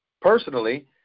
personally